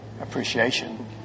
appreciation